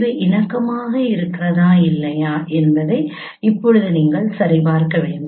அவை இணக்கமாக இருக்கிறதா இல்லையா என்பதை இப்போது நீங்கள் சரிபார்க்க வேண்டும்